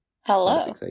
Hello